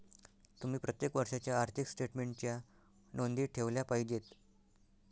तुम्ही प्रत्येक वर्षाच्या आर्थिक स्टेटमेन्टच्या नोंदी ठेवल्या पाहिजेत